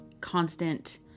constant